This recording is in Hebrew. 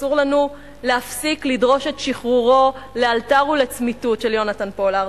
אסור לנו להפסיק לדרוש את שחרורו לאלתר ולצמיתות של יונתן פולארד.